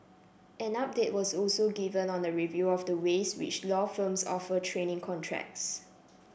an update was also given on a review of the ways which law firms offer training contracts